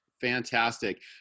Fantastic